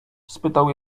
spytał